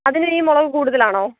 അതിന് ഇനി മുളക് കൂടുതലാണോ